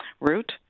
route